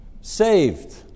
Saved